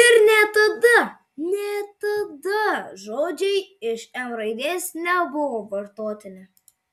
ir net tada net tada žodžiai iš m raidės nebuvo vartotini